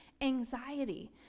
anxiety